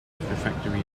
refractory